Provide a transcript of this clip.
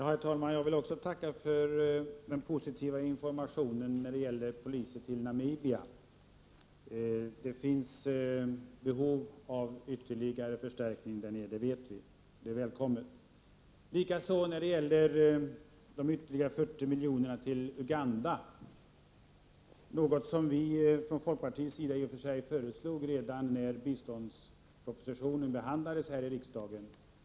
Herr talman! Jag vill tacka för den positiva informationen när det gäller poliser till Namibia. Det finns behov av ytterligare förstärkning där nere. Det vet vi, varför en förstärkning är välkommen. Detsamma är förhållandet när det gäller ytterligare 40 milj.kr. till Uganda. Från folkpartiets sida lade vi i och för sig fram förslag i den riktningen redan när biståndspropositionen behandlades här i riksdagen.